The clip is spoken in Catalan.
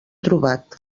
trobat